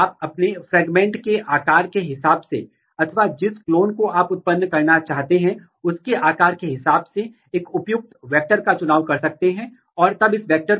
आपने पहचान की है की AP1 और SEP3 C 1 के साथ इंटरेक्ट कर रहे हैं आप Yeast 2 हाइब्रिड के माध्यम से भी स्थापित कर सकते हैं कि इंटरैक्शन का डोमेन क्या है